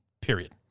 period